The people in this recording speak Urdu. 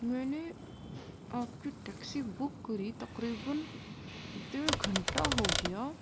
میں نے آپ کی ٹیکسی بک کری تقریباََ ڈیڑھ گھنٹہ ہو گیا